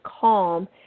calm